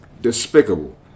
despicable